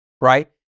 right